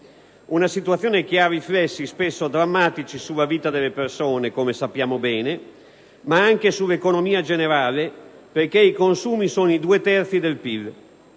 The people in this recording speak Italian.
una situazione che ha riflessi spesso drammatici sulla vita delle persone, come sappiamo bene, ma anche sull'economia generale, perché i consumi sono i due terzi del PIL: